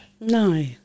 No